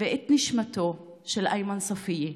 ואת נשמתו של איימן ספייה.